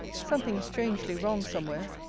something is strangely wrong somewhere!